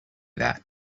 that